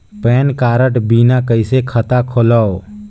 Pan card बिना कइसे खाता खोलव?